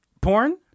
Porn